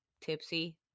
tipsy